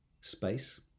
space